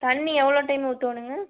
தண்ணி எவ்வளோ டைம் ஊற்றோணுங்க